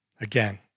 Again